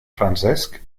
francesc